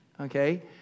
okay